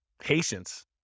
Patience